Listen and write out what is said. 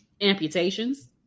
amputations